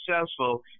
successful